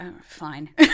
fine